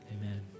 Amen